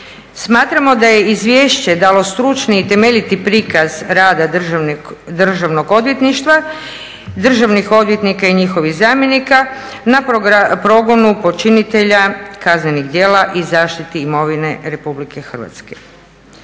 Smatramo da je izvješće dalo stručni i temeljiti prikaz rada Državnog odvjetništva, državnih odvjetnika i njihovih zamjenika na progonu počinitelja kaznenih djela i zaštiti imovine RH. Nova